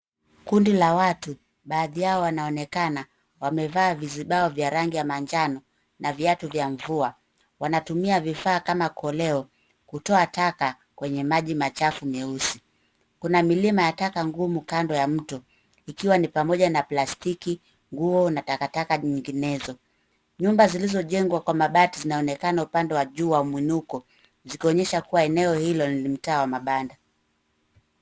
Kundi la watu baadhi yao wanaonekana wamevaa vizibao vya rangi ya manjano na viatu vya mvua, wanatumia vifaa kama koleo kutoa taka kwenye maji machafu meusi. Kuna milima ya taka ngumu kando ya mto ikiwa ni pamoja na plastiki, nguo na takataka nyinginezo. Nyumba zilizojengwa kwa mabati zinaonekana upande wa juu wa mwinuko, zikionyesha kuwa eneo hilo ni mtaa wa mabanda.